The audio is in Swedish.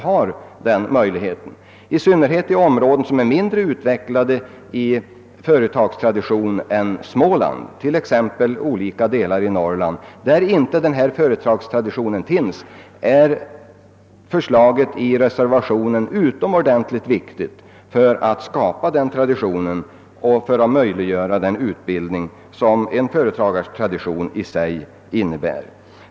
Det finns många företag, i synnerhet i områden som har en mindre utvecklad företagstradition än Småland, t.ex. olika delar av Norrland, för vilka det vore utomordentligt angeläget att skapa en sådan tradition, d.v.s. att möjliggöra den utbildning som en sådan företagartradition i sig innebär.